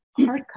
hardcover